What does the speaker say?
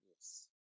Yes